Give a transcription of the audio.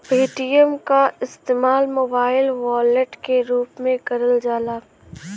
Paytm क इस्तेमाल mobile wallet के रूप में करल जाला